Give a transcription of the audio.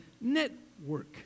network